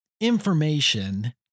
information